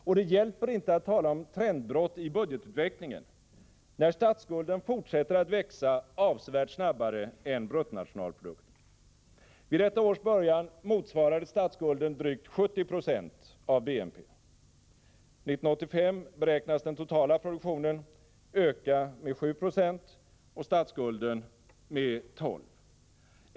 Och det hjälper inte att tala om trendbrott i budgetutvecklingen, när statsskulden fortsätter att växa avsevärt snabbare än bruttonationalprodukten. Vid detta års början motsvarade statsskulden drygt 70 90 av BNP. 1985 beräknas den totala produktionen öka med 7 96 och statsskulden med 12.